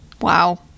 Wow